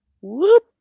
Whoop